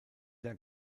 der